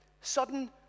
Sudden